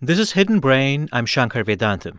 this is hidden brain. i'm shankar vedantam